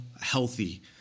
healthy